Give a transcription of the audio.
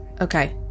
Okay